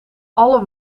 alle